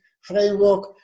framework